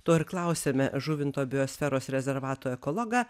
to ir klausiame žuvinto biosferos rezervato ekologą